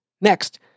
Next